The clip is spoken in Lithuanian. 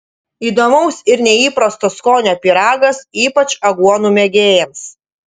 įdomaus ir neįprasto skonio pyragas ypač aguonų mėgėjams